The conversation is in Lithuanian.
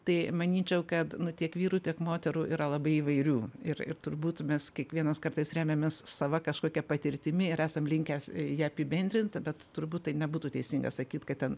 tai manyčiau kad nu tiek vyrų tiek moterų yra labai įvairių ir ir turbūt mes kiekvienas kartais remiamės sava kažkokia patirtimi ir esam linkę ją apibendrint bet turbūt tai nebūtų teisinga sakyt kad ten